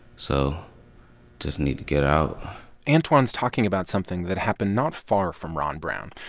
so just need to get out antwan's talking about something that happened not far from ron brown,